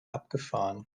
abgefahren